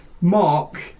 Mark